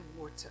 water